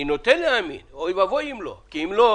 אני נוטה להאמין, אוי ואבוי אם לא,